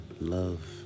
love